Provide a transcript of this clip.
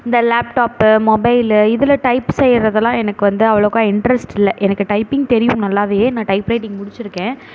இந்த laptop mobile இதில் type செய்கிறதுலாம் எனக்கு வந்து அவ்வளோக்கா இன்ட்ரெஸ்ட் இல்லை எனக்கு டைப்பிங் தெரியும் நல்லாவே நான் டைப் ரைட்டிங் முடிச்சிருக்கேன்